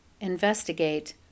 investigate